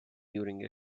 during